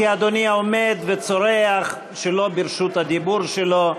כי אדוני עומד וצורח שלא ברשות הדיבור שלו,